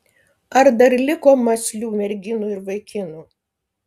ar dar liko mąslių merginų ir vaikinų